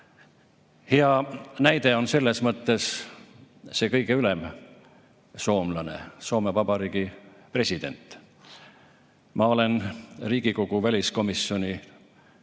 Hea näide on selles mõttes kõige ülem soomlane, Soome Vabariigi president. Ma olen Riigikogu väliskomisjoni